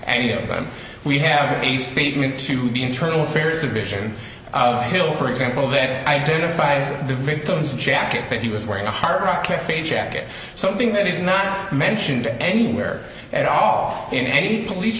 any of them we have a statement to the internal affairs division hill for example that identifies the victim's jacket that he was wearing a hard rock cafe jacket something that is not mentioned anywhere at all in any police